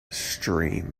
stream